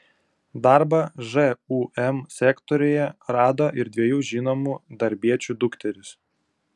darbą žūm sektoriuje rado ir dviejų žinomų darbiečių dukterys